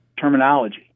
terminology